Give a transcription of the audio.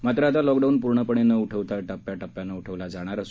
मात्र आता लॉकडाऊन पूर्णपणे न उठवता टप्प्याटप्प्याने उठवला जाणार आहे